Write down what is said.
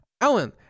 Alan